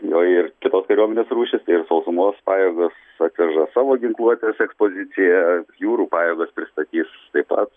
o ir kitos kariuomenės rūšys ir sausumos pajėgos atveža savo ginkluotės ekspoziciją jūrų pajėgos pristatys taip pat